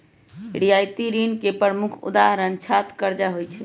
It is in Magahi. रियायती ऋण के प्रमुख उदाहरण छात्र करजा होइ छइ